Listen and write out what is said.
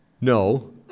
No